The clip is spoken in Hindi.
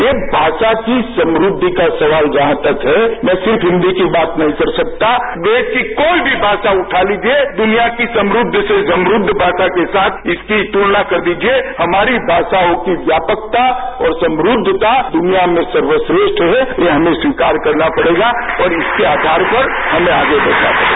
ये भाषा की समृद्दि का सवाल जहां तक है मैं सिर्फ हिन्दी की बात नहीं कर सकता देश की कोई भी भाषा उठा लिजिये दुनिया की समृद्व से समृद्व भाषा के साथ इसकी तुलना कर लीजिये हमारी भाषाओं की व्यापकता और समृद्वता दुनिया में सर्वश्रेष्ठ है यह हमें स्वीकार करना पड़ेगा और इसके आधार पर हमें आगे बढ़ना पड़ेगा